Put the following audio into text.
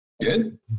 Good